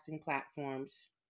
platforms